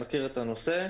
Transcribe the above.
אני מכיר את הנושא.